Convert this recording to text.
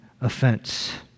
offense